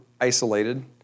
isolated